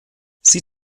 sie